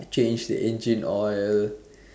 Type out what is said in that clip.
change the engine oil